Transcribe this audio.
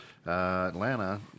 Atlanta